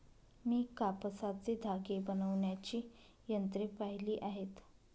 मी कापसाचे धागे बनवण्याची यंत्रे पाहिली आहेत